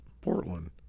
Portland